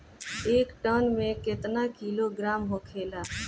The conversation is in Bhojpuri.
एक टन मे केतना किलोग्राम होखेला?